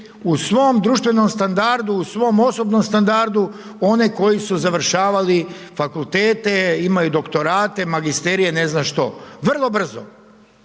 u svom društvenom standardu, u svom osobnom standardu, one koji su završavali fakultete, imaju doktorate, magisterije, ne znam što, vrlo brzo,